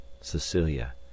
cecilia